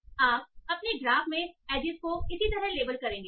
तो आप अपने ग्राफ में एजइस को इसी तरह लेबल करेंगे